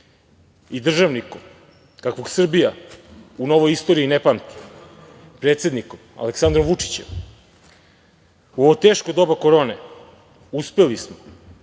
i državnikom kakvog Srbija u novoj istoriji ne pamti, predsednikom Aleksandrom Vučićem, u ovo teško doba korone uspeli smo